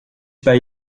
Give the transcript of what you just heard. pas